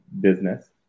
business